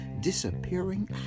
Disappearing